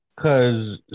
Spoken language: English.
Cause